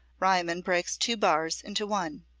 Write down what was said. riemann breaks two bars into one.